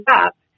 up